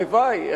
הלוואי.